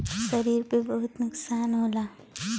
शरीर पे बहुत नुकसान होला